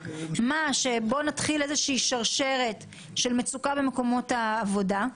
ופה מתחילה איזו שרשרת של מצוקה במקומות העבודה,